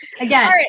Again